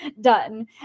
done